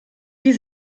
die